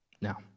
Now